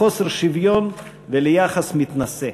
לחוסר שוויון וליחס מתנשא.